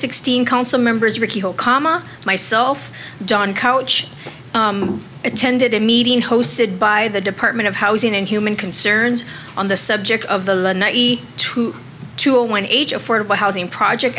sixteen council members ricky comma myself john coach attended a meeting hosted by the department of housing and human concerns on the subject of the two to a one age affordable housing project